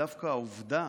דווקא העובדה